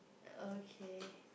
okay